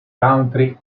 country